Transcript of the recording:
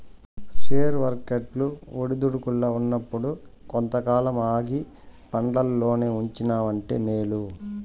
share వర్కెట్లు ఒడిదుడుకుల్ల ఉన్నప్పుడు కొంతకాలం ఆగి పండ్లల్లోనే ఉంచినావంటే మేలు